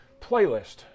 playlist